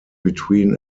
between